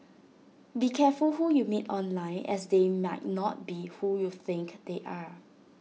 be careful who you meet online as they might not be who you think they are